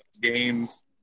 games